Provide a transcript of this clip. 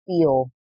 feel